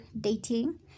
dating